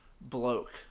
bloke